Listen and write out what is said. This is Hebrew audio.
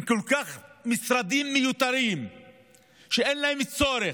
עם כל כך הרבה משרדים מיותרים שאין להם צורך,